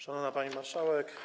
Szanowna Pani Marszałek!